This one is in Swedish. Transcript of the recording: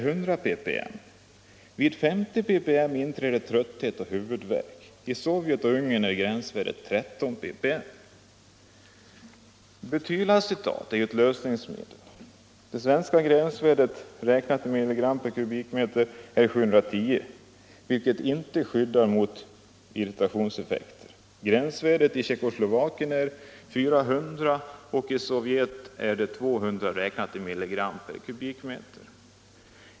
Butylacetat är ett lösningsmedel: Det svenska gränsvärdet räknat i mg m”.